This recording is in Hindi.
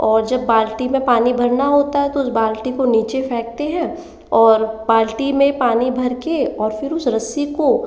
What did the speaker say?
और जब बाल्टी में पानी भरना होता है तो उस बाल्टी को नीचे फेंकतें हैं और बाल्टी में पानी भर कर और फ़िर उस रस्सी को